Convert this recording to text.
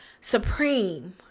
supreme